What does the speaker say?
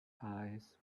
eyes